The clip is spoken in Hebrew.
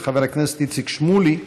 של חבר הכנסת איציק שמולי.